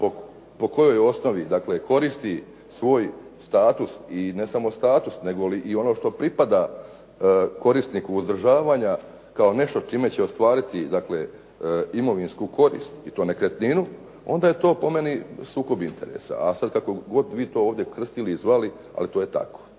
po kojoj osnovi dakle, koristi svoj status i ne samo status nego li i ono što pripada korisniku uzdržavanja kao nešto s čime će ostvariti dakle, imovinsku korist i to nekretninu onda je to po meni sukob interesa, a sada kako god vi to krstili i zvali, a to je tako.